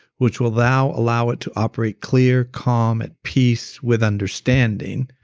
which will now allow it to operate clear, calm, at peace with understanding,